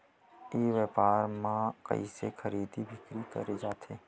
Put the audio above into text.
ई व्यापार म कइसे खरीदी बिक्री करे जाथे?